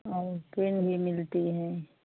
और पेन भी मिलता है